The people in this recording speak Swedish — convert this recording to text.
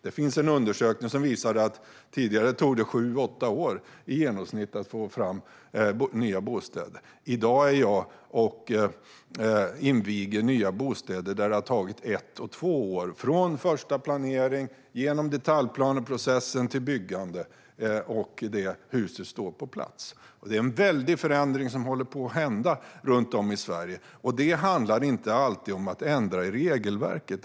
Det finns en undersökning som visar att det tidigare tog i genomsnitt sju eller åtta år att få fram nya bostäder, och i dag är jag med och inviger nya bostäder där det har tagit ett eller två år från första planering, genom detaljplaneprocessen till byggande och att huset står på plats. Det är en väldig förändring som håller på att ske runt om i Sverige. Det handlar inte heller alltid om att ändra i regelverket.